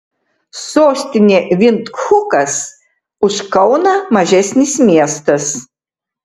sostinė vindhukas už kauną mažesnis miestas